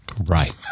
Right